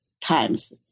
times